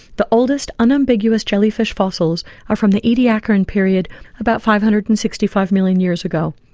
the oldest unambiguous jellyfish fossils are from the ediacaran period about five hundred and sixty five million years ago.